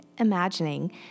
imagining